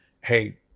hey